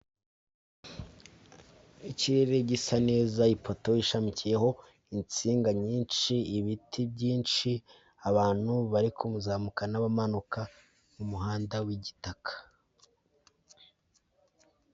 Ikirere gisa neza ipoto ishamikiyeho insinga nyinshi ibiti byinshi, abantu bari kumuzamuka n'abamanuka mu muhanda w'igitaka.